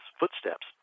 footsteps